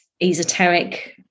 esoteric